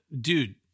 dude